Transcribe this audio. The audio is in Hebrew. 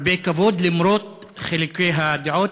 הרבה כבוד, למרות חילוקי הדעות.